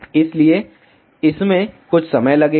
इसलिए इसमें कुछ समय लगेगा